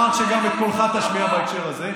כי אני מאמין שחוקה תהיה טובה למדינת ישראל.